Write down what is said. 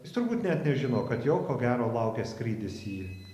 jis turbūt net nežino kad jo ko gero laukia skrydis į